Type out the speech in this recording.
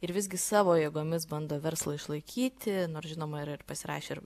ir visgi savo jėgomis bando verslą išlaikyti nors žinoma ir ir pasirašė ir